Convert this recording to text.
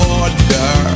order